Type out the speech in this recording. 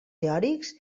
teòrics